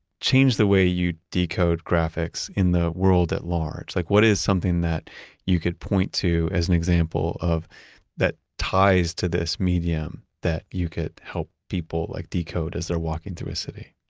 change the way you decode graphics in the world at large? like what is something that you could point to as an example of that ties to this medium that you could help people like decode as they're walking through a city?